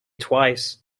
twice